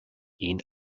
ihn